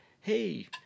Hey